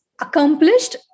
accomplished